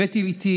הבאתי איתי